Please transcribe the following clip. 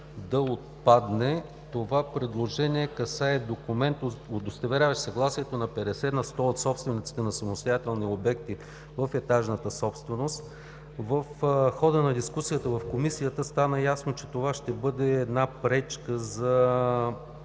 да отпадне. Това предложение касае документ, удостоверяващ съгласието на 50 на сто от собствениците на самостоятелни обекти в Етажната собственост. В хода на дискусията в Комисията стана ясно, че това ще бъде пречка за